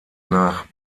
nach